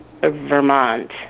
Vermont